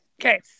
okay